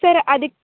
sir ಅದಕ್ಕೆ